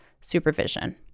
supervision